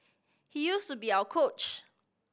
he used to be our coach